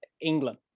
England